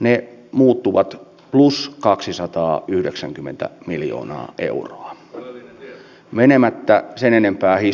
ne muuttuvat plus kaksisataayhdeksänkymmentä miljoonaa euroa o saamme tuon kannustinjärjestelmän tänne